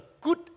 good